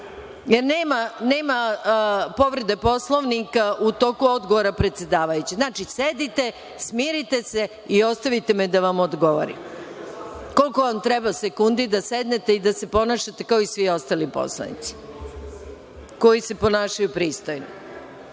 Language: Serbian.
Nema povrede Poslovnika u toku odgovora predsedavajućeg. Znači, sedite, smirite se i ostavite me da vam odgovorim. Koliko vam treba sekundi da sednete i da se ponašate kao svi ostali poslanici koji se ponašaju pristojno? Znači,